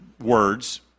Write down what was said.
words